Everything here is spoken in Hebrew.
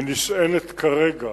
היא נשענת כרגע